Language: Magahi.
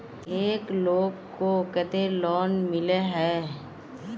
एक लोग को केते लोन मिले है?